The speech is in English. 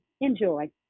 Enjoy